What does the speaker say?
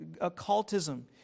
occultism